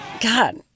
God